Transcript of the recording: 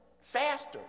faster